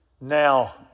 Now